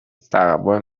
تقبل